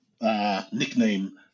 Nickname